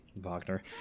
Wagner